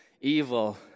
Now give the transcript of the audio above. evil